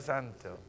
Santo